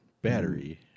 battery